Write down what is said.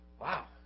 Wow